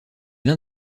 l’un